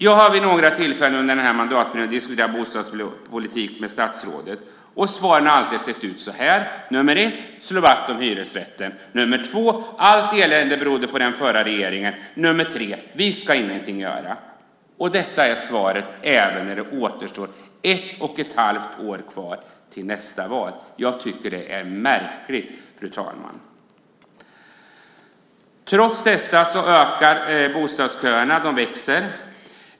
Jag har vid några tillfällen under den här mandatperioden diskuterat bostadspolitik med statsrådet. Svaren har alltid sett ut så här: 1. Slå vakt om hyresrätten! 2. Allt elände berodde på den förra regeringen. 3. Vi ska ingenting göra. Detta är svaret även när det är ett och ett halvt år kvar till nästa val. Jag tycker att det är märkligt, fru talman. Trots detta ökar bostadsköerna.